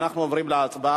אנחנו עוברים להצבעה,